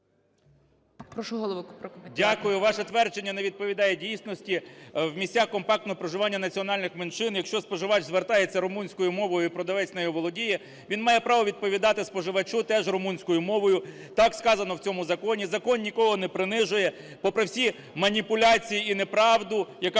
Дякую. Ваше твердження не відповідає дійсності. В місцях компактного проживання національних меншин, якщо споживач звертається румунською мовою і продавець нею володіє, він має право відповідати споживачу теж румунською мовою. Так сказано в цьому законі. Закон нікого не принижує, попри всі маніпуляції і неправду, яка